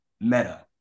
Meta